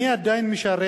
אני עדיין משרת